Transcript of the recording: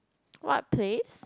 what plays